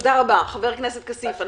תודה רבה, חבר הכנסת כסיף.